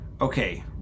okay